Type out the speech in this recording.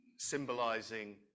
symbolizing